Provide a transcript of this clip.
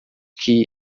que